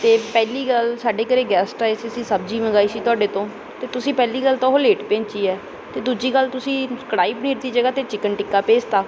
ਅਤੇ ਪਹਿਲੀ ਗੱਲ ਸਾਡੇ ਘਰ ਗੈਸਟ ਆਏ ਸੀ ਅਸੀਂ ਸਬਜ਼ੀ ਮੰਗਵਾਈ ਸੀ ਤੁਹਾਡੇ ਤੋਂ ਅਤੇ ਤੁਸੀਂ ਪਹਿਲੀ ਗੱਲ ਤਾਂ ਉਹ ਲੇਟ ਭੇਜੀ ਹੈ ਅਤੇ ਦੂਜੀ ਗੱਲ ਤੁਸੀਂ ਕੜਾਹੀ ਪਨੀਰ ਦੀ ਜਗ੍ਹਾ ਅਤੇ ਚਿਕਨ ਟਿੱਕਾ ਭੇਜ ਤਾ